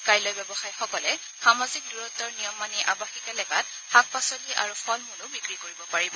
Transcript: কাইলৈ ব্যৱসায়ীসকলে সামাজিক দূৰত্বৰ নিয়ম মানি আৱাসিক এলেকাত শাক পাচলি আৰু ফল মূলো বিক্ৰী কৰিব পাৰিব